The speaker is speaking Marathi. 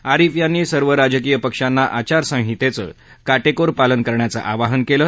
आरिफ यांनी सर्व राजकीय पक्षांना आचारसंहितघकाटक्वीर पालन करण्याच आवाहन कलि